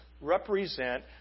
represent